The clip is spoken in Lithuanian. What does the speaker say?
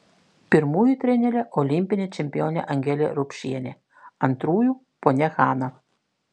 pirmųjų trenerė olimpinė čempionė angelė rupšienė antrųjų ponia hana